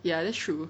ya that's true